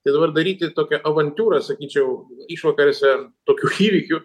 tai dabar daryti tokią avantiūrą sakyčiau išvakarėse tokių įvykių